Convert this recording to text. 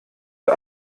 der